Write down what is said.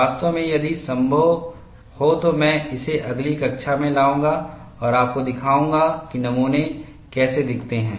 वास्तव में यदि संभव हो तो मैं इसे अगली कक्षा में लाऊंगा और आपको दिखाऊंगा कि नमूने कैसे दिखते हैं